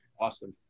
Awesome